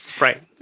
Right